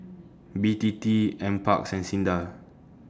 B T T NParks and SINDA